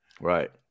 Right